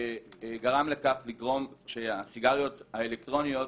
שגרם לכך שהסיגריות האלקטרוניות